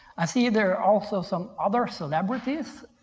i see there also some other celebrities.